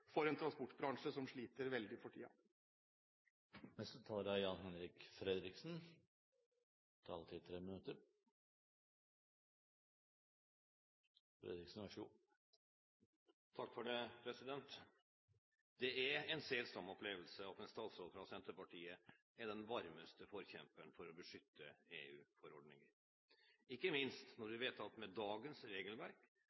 for en transportbransje som sliter veldig for tiden. Det er en selsom opplevelse at en statsråd fra Senterpartiet er den varmeste forkjemperen for å beskytte EU-forordninger. Ikke minst når